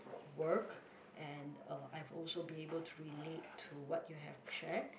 work and uh I've also be able to related to what you have shared